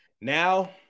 Now